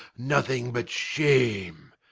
nothing but shame,